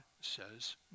says